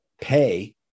pay